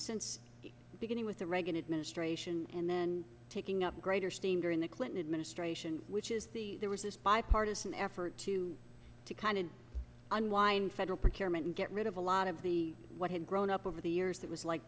since the beginning with the reagan administrate and then taking up greater steam during the clinton administration which is the there was this bipartisan effort to to kind of unwind federal procurement and get rid of a lot of the what had grown up over the years it was like